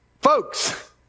folks